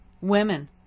women